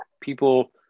people